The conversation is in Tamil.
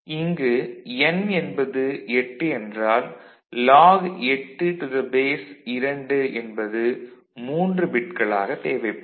இங்கு N8 என்றால் log2 8 3 பிட்கள் தேவைப்படும்